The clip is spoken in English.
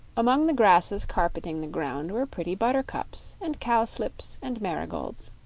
among the grasses carpeting the ground were pretty buttercups and cowslips and marigolds.